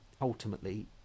ultimately